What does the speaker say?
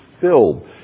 filled